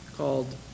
Called